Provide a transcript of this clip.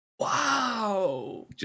Wow